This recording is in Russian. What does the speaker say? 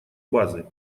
базы